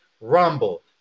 Rumble